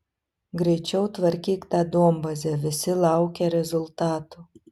greičiau tvarkyk tą duombazę visi laukia rezultatų